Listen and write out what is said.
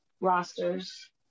rosters